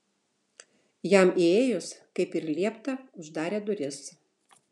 jam įėjus kaip ir liepta uždarė duris